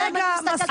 --- אבל למה להסתייג?